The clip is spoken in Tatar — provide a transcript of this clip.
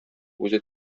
үзе